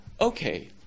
okay